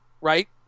Right